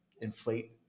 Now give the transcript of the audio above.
inflate